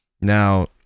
Now